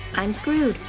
i'm screwed.